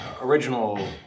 original